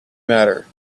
matter